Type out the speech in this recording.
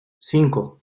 cinco